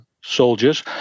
soldiers